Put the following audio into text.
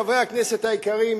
חברי הכנסת היקרים,